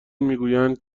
میگویند